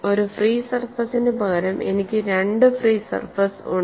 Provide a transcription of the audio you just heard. ഒരു ഫ്രീ സർഫസിനുപകരം എനിക്ക് രണ്ട് ഫ്രീ സർഫസ് ഉണ്ട്